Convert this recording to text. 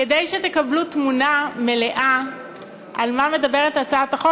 כדי שתקבלו תמונה מלאה על מה מדברת הצעת החוק.